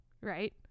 right